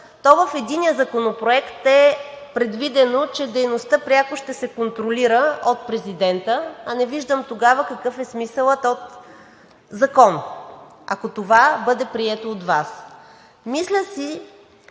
то в единия законопроект е предвидено, че дейността пряко ще се контролира от президента, а не виждам тогава какъв е смисълът от закон – ако това бъде прието от Вас. Мисля си,